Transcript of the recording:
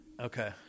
Okay